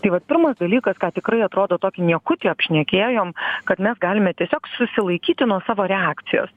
tai vat pirmas dalykas ką tikrai atrodo tokį niekutį apšnekėjom kad mes galime tiesiog susilaikyti nuo savo reakcijos